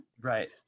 Right